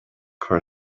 cur